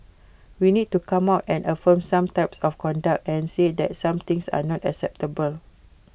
we need to come out and affirm some types of conduct and say that some things are not acceptable